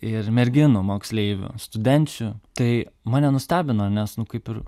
ir merginų moksleivių studenčių tai mane nustebino nes nu kaip ir